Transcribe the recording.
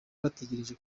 bategereje